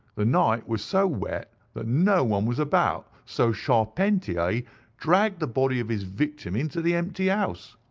the night was so wet that no one was about, so charpentier dragged the body of his victim into the empty house.